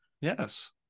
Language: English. yes